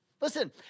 listen